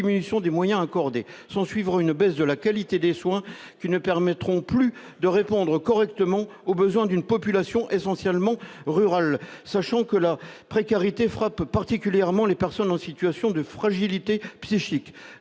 une diminution des moyens accordés. S'ensuivra une baisse de la qualité des soins, qui ne permettront plus de répondre correctement aux besoins d'une population essentiellement rurale, sachant que la précarité frappe particulièrement les personnes en situation de fragilité psychique.